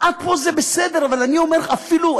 עד פה זה בסדר, אבל אני אומר לך: אפילו,